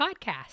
podcast